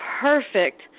perfect